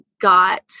got